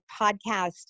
podcast